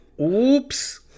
Oops